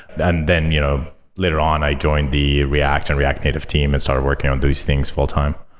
and then you know later on i joined the react and react native team and started working on those things fulltime.